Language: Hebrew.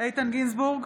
איתן גינזבורג,